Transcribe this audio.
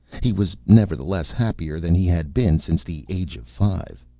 he was, nevertheless, happier than he had been since the age of five.